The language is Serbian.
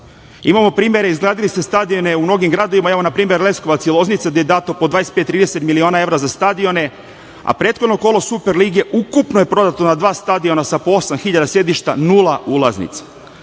Imamo primere, izgradili ste stadione u mnogim gradovima, evo na primer Leskovac i Loznica gde je dato po 25, 30 miliona evra za stadione, a prethodno kolo Superlige ukupno je prodato na dva stadiona sa po osam hiljada sedišta nula ulaznica.